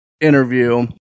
interview